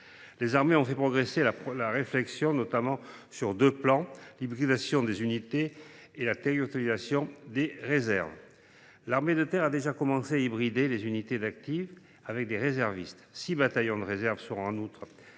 Les armées ont fait progresser la réflexion, notamment sur deux plans : l’hybridation des unités et la territorialisation des réserves. L’armée de terre a déjà commencé à hybrider les unités d’active avec des réservistes. En outre, six bataillons de réserve seront créés en